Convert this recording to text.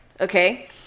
okay